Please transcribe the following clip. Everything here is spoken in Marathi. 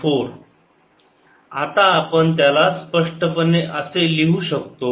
k MLT 2I 2I2L2I1ML3T 3LL4 आता आपण त्याला स्पष्टपणे असे लिहू शकतो